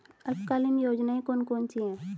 अल्पकालीन योजनाएं कौन कौन सी हैं?